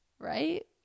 right